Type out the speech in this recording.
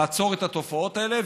ולעצור את התופעות האלה,